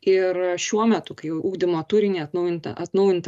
ir šiuo metu kai ugdymo turinį atnaujintą atnaujintą